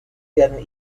werden